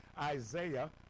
Isaiah